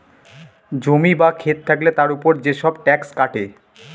জমি বা খেত থাকলে তার উপর যেসব ট্যাক্স কাটে